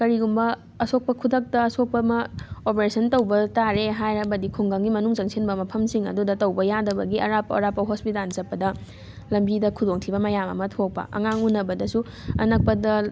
ꯀꯔꯤꯒꯨꯝꯕ ꯑꯁꯣꯛꯄ ꯈꯨꯗꯛꯇ ꯑꯁꯣꯛꯄ ꯑꯃ ꯑꯣꯄꯔꯦꯁꯟ ꯇꯧꯕ ꯇꯥꯔꯦ ꯍꯥꯏꯔꯕꯗꯤ ꯈꯨꯡꯒꯪꯒꯤ ꯃꯅꯨꯡ ꯆꯪꯁꯤꯟꯕ ꯃꯐꯝꯁꯤꯡ ꯑꯗꯨꯗ ꯇꯧꯕ ꯌꯥꯗꯕꯒꯤ ꯑꯔꯥꯞꯄ ꯑꯔꯥꯞꯄ ꯍꯣꯁꯄꯤꯇꯥꯜ ꯆꯠꯄꯗ ꯂꯝꯕꯤꯗ ꯈꯨꯗꯣꯡꯊꯤꯕ ꯃꯌꯥꯝ ꯑꯃ ꯊꯣꯛꯄ ꯑꯉꯥꯡ ꯎꯅꯕꯗꯁꯨ ꯑꯅꯛꯄꯗ